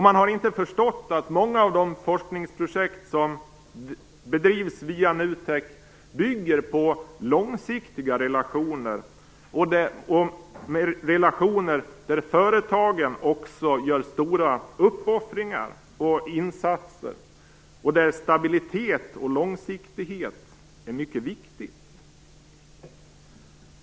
Man har inte förstått att många av de forskningsprojekt som bedrivs via NUTEK bygger på långsiktiga relationer, där företagen också gör stora uppoffringar och insatser och där det är mycket viktigt med stabilitet och långsiktighet.